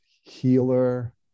healer